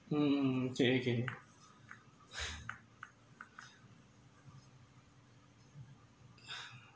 mm okay okay